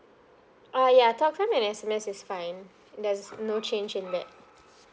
oh ya talk time and S_M_S is fine there's no change in that